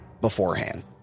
beforehand